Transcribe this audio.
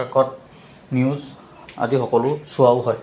কাকত নিউজ আদি সকলো চোৱাও হয়